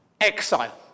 Exile